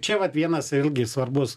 čia vat vienas vėlgi svarbus